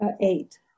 Eight